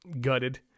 gutted